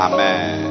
Amen